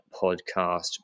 podcast